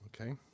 Okay